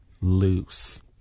loose